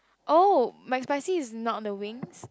oh McSpicy is not the wings